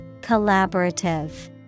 Collaborative